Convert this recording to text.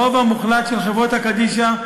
הרוב המוחלט של חברות קדישא,